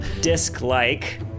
disc-like